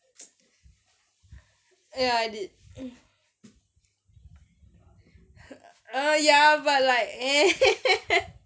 ya I did err ya but like I like